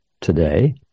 today